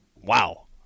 Wow